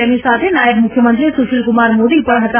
તેમની સાથે નાયબ મુખ્યમંત્રી સુશીલકમાર મોદી પણ હતા